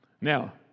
Now